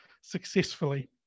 successfully